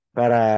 para